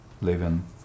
living